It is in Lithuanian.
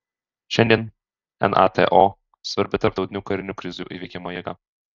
šiandien nato svarbi tarptautinių karinių krizių įveikimo jėga